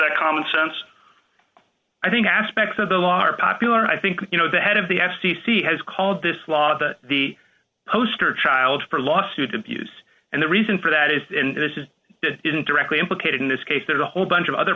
that common sense i think aspects of the law are popular and i think you know the head of the f c c has called this law the poster child for lawsuit abuse and the reason for that is and this is it isn't directly implicated in this case there are a whole bunch of other